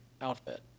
outfit